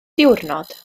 diwrnod